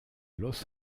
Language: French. los